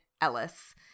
Ellis